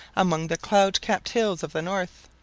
among the cloud-capped hills of the north.